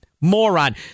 moron